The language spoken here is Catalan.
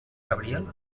gabriel